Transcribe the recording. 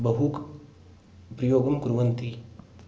बहुप्रयोगं कुर्वन्ति